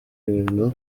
ibintu